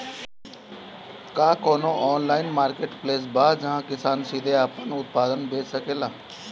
का कोनो online marketplace बा जहां किसान सीधे अपन उत्पाद बेच सकता?